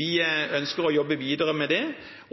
Vi ønsker å jobbe videre med det,